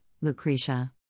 Lucretia